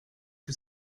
que